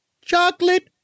chocolate